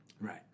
right